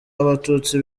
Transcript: abatutsi